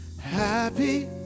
happy